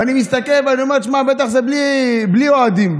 ואני מסתכל ואומר: בטח זה בלי אוהדים,